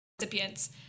recipients